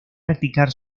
practicar